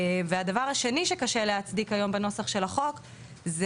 והדבר השני שקשה להצדיק היום בנוסח של החוק זה